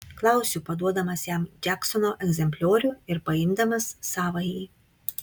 klausiu paduodamas jam džeksono egzempliorių ir paimdamas savąjį